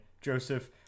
joseph